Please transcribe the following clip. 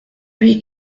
lui